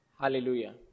Hallelujah